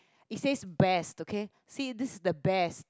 it says best okay say this is the best